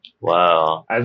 Wow